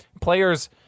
Players